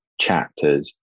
chapters